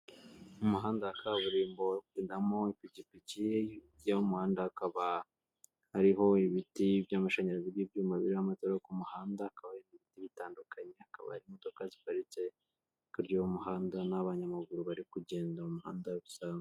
umuhanda wa kaburimbo wamopikipiki yo muhanda hakaba ari ibiti by'amashanyarazi'ibyuma birimo amatara ku muhanda ha akaba'ibiindi bitandukanye hakaba imodoka ziparitse ha ikarya y'umuhanda n'abanyamaguru bari kugenda mu muhandasanzwebo